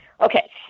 Okay